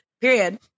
Period